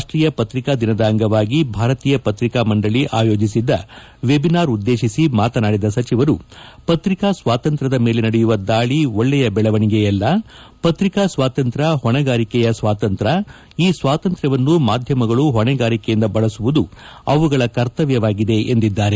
ರಾಷ್ವೀಯ ಪತ್ರಿಕಾ ದಿನದ ಅಂಗವಾಗಿ ಭಾರತೀಯ ಪತ್ರಿಕಾ ಮಂಡಳಿ ಆಯೋಜಿಸಿದ್ದ ವೆಬಿನಾರ್ ಉದ್ದೇಶಿಸಿ ಮಾತನಾಡಿದ ಸಚಿವರು ಪತ್ರಿಕಾ ಸ್ವಾತಂತ್ರ್ಯದ ಮೇಲೆ ನಡೆಯುವ ದಾಳಿ ಒಳ್ಳೆಯ ಬೆಳವಣಿಗೆಯಲ್ಲ ಪತ್ರಿಕಾ ಸ್ವಾತಂತ್ರ್ನ ಹೊಣೆಗಾರಿಕೆಯ ಸ್ವಾತಂತ್ರ್ ಈ ಸ್ವಾತಂತ್ರ್ ವನ್ನು ಮಾಧ್ಯಮಗಳು ಹೊಣೆಗಾರಿಕೆಯಿಂದ ಬಳಸುವುದು ಅವುಗಳ ಕರ್ತವ್ಯವಾಗಿದೆ ಎಂದಿದ್ದಾರೆ